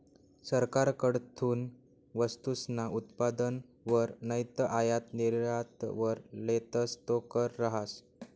सरकारकडथून वस्तूसना उत्पादनवर नैते आयात निर्यातवर लेतस तो कर रहास